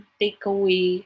takeaway